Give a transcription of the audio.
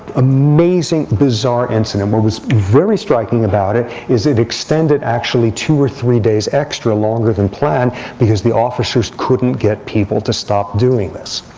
amazing, bizarre incident. what was very striking about it is it extended, actually, two or three days extra longer than planned because the officers couldn't get people to stop doing this.